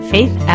Faith